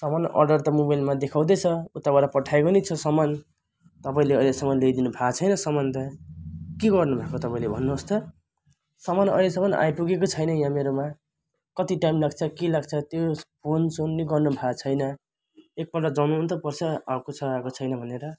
सामान अर्डर त मोबाइलमा देखाउँदै छ उताबाट पठाएको पनि छ सामान तपाईँले अहिलेसम्म ल्याइदिनु भएको छैन सामान त के गर्नुभएको तपाईँले भन्नुहोस् त सामान अहिलेसम्म आइपुगेको छैन यहाँ मेरोमा कति टाइम लाग्छ के लाग्छ त्यो फोनसोन पनि गर्नुभएको छैन एकपल्ट जनाउनु त पर्छ आएको छ आएको छैन भनेर